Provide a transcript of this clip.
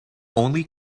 only